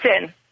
Listen